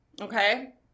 Okay